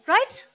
Right